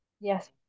yes